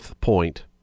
point